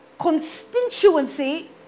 constituency